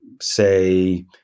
say